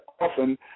often